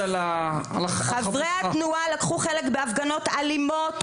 על ה- בנוסף חברי התנועה לקחו חלק בהפגנות אלימות,